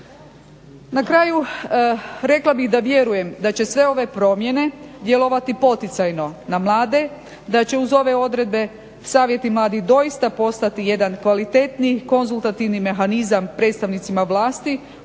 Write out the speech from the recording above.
Na kraju rekla bih da vjerujem da će sve ove promjene djelovati poticajno na mlade, da će uz ove odredbe savjeti mladih doista postati jedan kvalitetni, konzultativni mehanizam predstavnicima vlasti